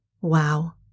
Wow